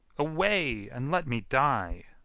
away, and let me die.